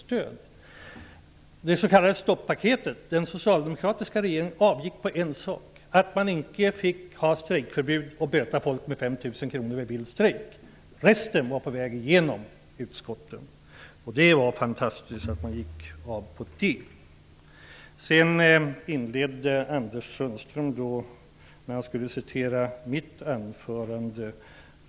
Vad gäller det s.k. stoppaketet vill jag säga att den socialdemokratiska regeringen avgick av ett enda skäl, nämligen att man inte fick genomföra strejkförbud och ge människor som går ut i vild strejk böter om 5 000 kr. Resten var på väg att gå igenom i utskotten. Det var fantastiskt att man avgick av det skälet. Anders Sundström försökte citera mitt anförande.